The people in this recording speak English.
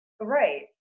Right